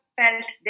felt